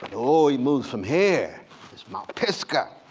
he moves from here. it's my pisgah.